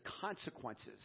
consequences